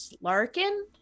Larkin